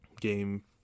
game